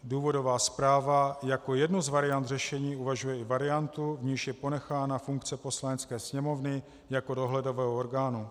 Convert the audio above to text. Důvodová zpráva jako jednu z variant řešení uvažuje i variantu, v níž je ponechána funkce Poslanecké sněmovny jako dohledového orgánu.